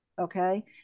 okay